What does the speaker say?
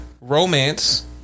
Romance